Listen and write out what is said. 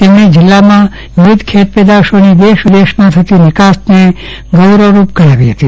તેમણે જીલ્લામાં વિવિધ ખેતપેદાશોની દેશ વિદેશમાં થતી નિકાસ ને ગૌરવરૂપ ગણાવી હતી